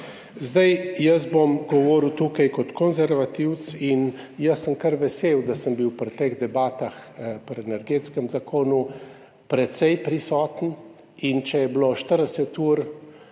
Jaz bom govoril zdaj tukaj kot konservativec. Jaz sem kar vesel, da sem bil pri teh debatah glede energetskega zakona precej prisoten, in če je bilo 40 ur